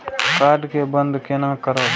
Card के बन्द केना करब?